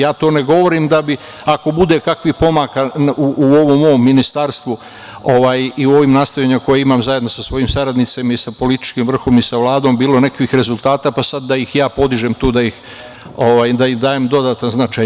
Ja to ne govorim da bi, ako bude kakvih pomaka u ovom mom ministarstvu i u ovim nastojanjima koje imam zajedno sa svojim saradnicima i sa političkim vrhovnim i sa Vladom, bilo nekakvih rezultata, pa sada da ih ja podižem tu, da im dajem dodatan značaj.